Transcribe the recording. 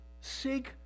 seek